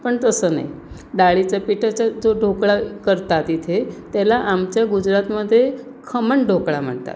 पण तसं नाही डाळीच्या पिठाचा जो ढोकळा करतात इथे त्याला आमच्या गुजरातमध्ये खमण ढोकळा म्हणतात